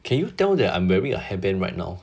can you tell that I'm wearing a hairband right now